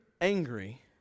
angry